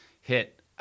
hit